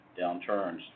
downturns